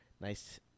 nice